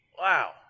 Wow